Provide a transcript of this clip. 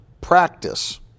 practice